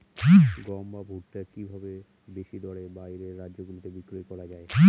গম বা ভুট্ট কি ভাবে বেশি দরে বাইরের রাজ্যগুলিতে বিক্রয় করা য়ায়?